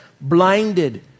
blinded